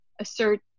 assert